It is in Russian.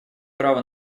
право